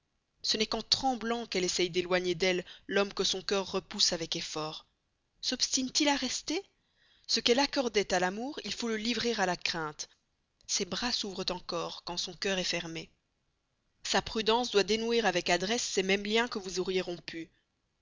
ce n'est qu'en tremblant qu'elle essaie d'éloigner d'elle l'homme que son cœur repousse avec effort sobstine t il à rester ce qu'elle accordait à l'amour il faut le livrer à la crainte ses bras s'ouvrent encor quand son cœur est fermé sa prudence doit dénouer avec adresse ces mêmes liens que vous auriez rompus